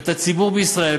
ואת הציבור בישראל,